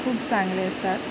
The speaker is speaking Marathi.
खूप चांगले असतात